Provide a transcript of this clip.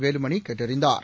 வேலுமணி கேட்டறிந்தார்